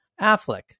Affleck